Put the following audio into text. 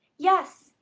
yes,